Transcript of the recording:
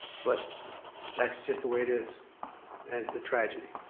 but that's just the way it is, and it's a tragedy,